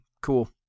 Cool